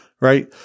right